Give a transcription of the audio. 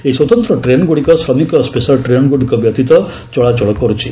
ଏହି ସ୍ୱତନ୍ତ ଟ୍ରେନ୍ଗୁଡ଼ିକ ଶ୍ରମିକ ସେଶାଲ୍ ଟ୍ରେନ୍ଗୁଡ଼ିକ ବ୍ୟତୀତ ଚଳାଚଳ କର୍ଛି